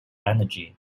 energy